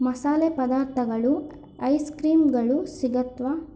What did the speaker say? ಮಸಾಲೆ ಪದಾರ್ಥಗಳು ಐಸ್ಕ್ರೀಮ್ಗಳು ಸಿಗುತ್ವಾ